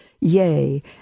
yea